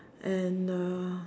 and uh